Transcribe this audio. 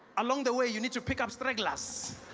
along the way you need to pick up stragglers